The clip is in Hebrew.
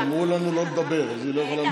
האמת, שאמרו לנו לא לדבר, אז היא לא יכולה לדבר.